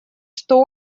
что